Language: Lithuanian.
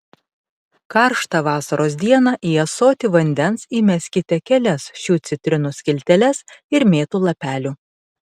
karštą vasaros dieną į ąsotį vandens įmeskite kelias šių citrinų skilteles ir mėtų lapelių